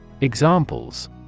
Examples